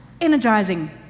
energizing